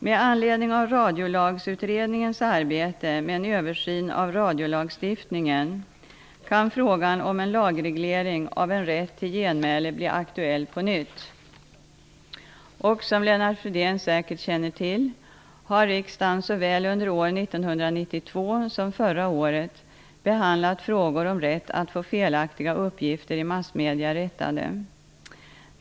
Med anledning av Radiolagsutredningens arbete med en översyn av radiolagstiftningen kan frågan om en lagreglering av en rätt till genmäle bli aktuell på nytt. Som Lennart Fridén säkert känner till, har riksdagen såväl under år 1992 som förra året behandlat frågor om rätt att få felaktiga uppgifter i massmedierna rättade.